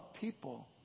people